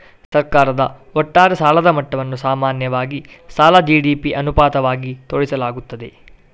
ಸರ್ಕಾರದ ಒಟ್ಟಾರೆ ಸಾಲದ ಮಟ್ಟವನ್ನು ಸಾಮಾನ್ಯವಾಗಿ ಸಾಲ ಜಿ.ಡಿ.ಪಿ ಅನುಪಾತವಾಗಿ ತೋರಿಸಲಾಗುತ್ತದೆ